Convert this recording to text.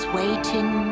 waiting